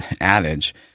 adage